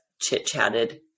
chit-chatted